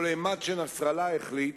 כל אימת שנסראללה החליט,